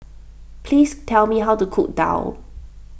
please tell me how to cook Daal